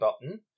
button